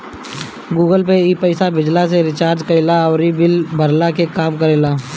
Google Pay भी पईसा भेजला, रिचार्ज कईला अउरी बिल भरला के काम करेला